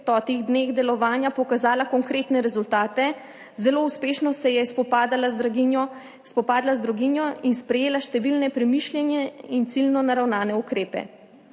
stotih dneh delovanja pokazala konkretne rezultate, zelo uspešno se je spopadla z draginjo in sprejela številne premišljene in ciljno naravnane ukrepe.